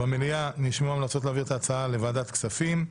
במליאה נשמעו המלצות להעביר את ההצעה לוועדת הכספים.